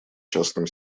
частным